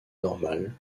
normales